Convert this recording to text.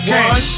one